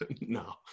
No